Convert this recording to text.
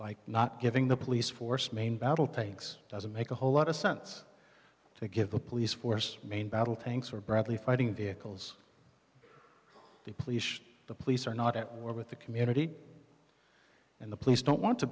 by not giving the police force main battle tanks doesn't make a whole lot of sense to give the police force main battle tanks or bradley fighting vehicles the please the police are not at war with the community and the police don't want to